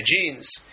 genes